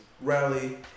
rally